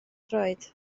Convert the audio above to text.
droed